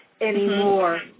anymore